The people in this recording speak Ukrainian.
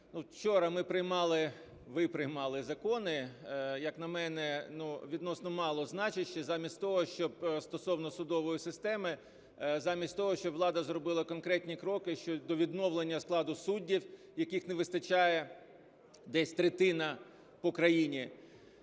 вчора ми приймали… ви приймали закони, як на мене, відносно мало значущі замість того, щоб… стосовно судової системи, замість того, щоб влада зробила конкретні кроки щодо відновлення складу суддів, яких не вистачає десь третини по країні.